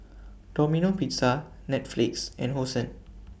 Domino Pizza Netflix and Hosen